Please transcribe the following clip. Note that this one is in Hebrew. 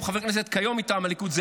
כיום חבר הכנסת מטעם הליכוד,